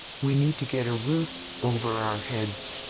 we need to get a roof over our heads.